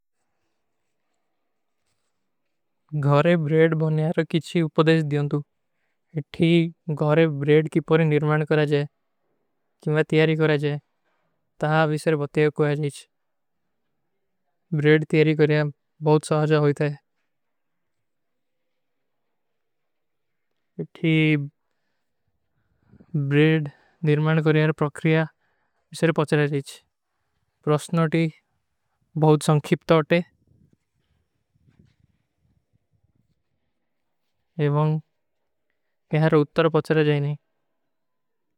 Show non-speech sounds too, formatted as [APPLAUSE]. ଗହରେ ବ୍ରେଡ ବନଯାର କିଛୀ ଉପଦେଶ ଦିଯୋଂ ତୁ। ଇଠୀ ଗହରେ ବ୍ରେଡ କୀ ପରି ନିର୍ମାନ କରା ଜାଯେ। କିମ୍ଯା ତିଯାରୀ କରା ଜାଯେ। ତହାଂ ଵିଶର ବତେଵ କୋଯାଜ ନୀଚ। ବ୍ରେଡ ତିଯାରୀ କରଯା ବହୁତ ସହାଜା ହୋଈ ଥା। [HESITATION] ଇଠୀ ବ୍ରେଡ ନିର୍ମାନ କରେଯାର ପ୍ରକ୍ରିଯା ଵିଶର ପଚଲା ଜାଯୀଚ। ପ୍ରସ୍ଟନୋଟୀ ବହୁତ ସଂଖିପ୍ତ ଅଟେ [HESITATION] ଏବଂଗ ଗହର ଉତ୍ତର ପଚଲା ଜାଯେ ନୀ।